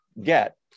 get